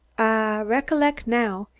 recollec' now,